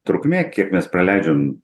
trukmė kiek mes praleidžiam